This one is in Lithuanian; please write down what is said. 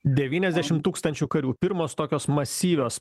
devyniasdešimt tūkstančių karių pirmos tokios masyvios